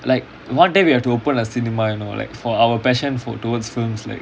like one day we have to open a cinema you know like for our passion for towards films like